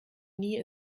nie